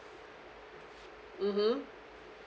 mmhmm